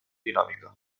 dinámica